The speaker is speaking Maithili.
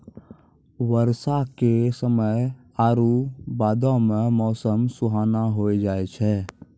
बरसा के समय आरु बादो मे मौसम सुहाना होय जाय छै